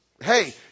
Hey